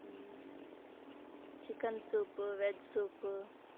chicken soup veg soup